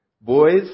Boys